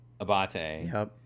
Abate